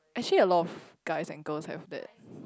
actually a lot of guys and girls have that